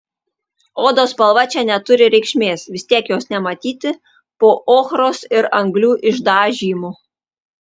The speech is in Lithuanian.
odos spalva čia neturi reikšmės vis tiek jos nematyti po ochros ir anglių išdažymu